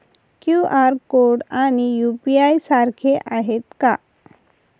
QR code आणि UPI सारखे आहेत का?